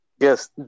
Yes